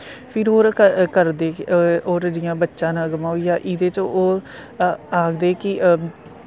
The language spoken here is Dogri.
फिर ओह्दा करदे ओह्दा जियां बच्चा नगमा होइया इह्दे च ओह् आखदे कि